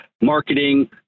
marketing